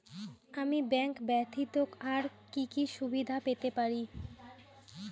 আমি ব্যাংক ব্যথিত আর কি কি সুবিধে পেতে পারি?